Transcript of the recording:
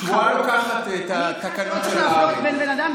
אני איתך שלא צריך להפלות בין בני אדם,